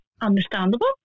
Understandable